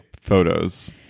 photos